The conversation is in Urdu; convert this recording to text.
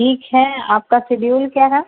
ٹھیک ہے آپ کا سیڈیول کیا ہے